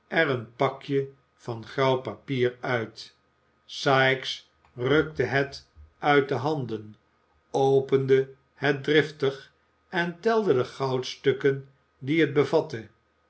een pakje van grauw papier uit sikes rukte het uit de handen opende het driftig en telde de goudstukken die het bevatte